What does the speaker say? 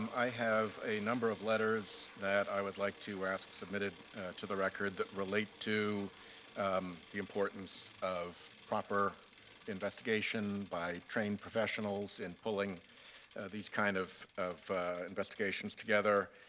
i have a number of letters i would like to ask submitted to the record that relate to the importance of proper investigation by trained professionals in pulling these kind of of investigations together.